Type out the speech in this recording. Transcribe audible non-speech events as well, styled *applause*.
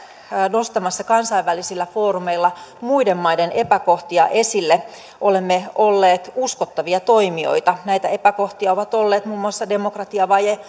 nostamassa kansainvälisillä foorumeilla muiden maiden epäkohtia esille olemme olleet uskottavia toimijoita näitä epäkohtia ovat olleet muun muassa demokratiavaje *unintelligible*